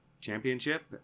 Championship